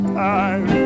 time